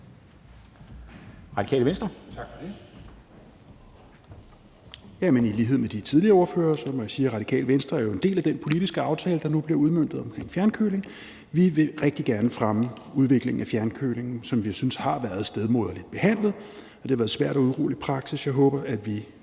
Rasmus Helveg Petersen (RV): Jamen i lighed med de tidligere ordførere må jeg sige, at Radikale Venstre jo er en del af den politiske aftale omkring fjernkøling, der nu bliver udmøntet. Vi vil rigtig gerne fremme udviklingen af fjernkøling, som vi synes har været stedmoderligt behandlet, og det har været svært at udrulle i praksis. Jeg håber, at vi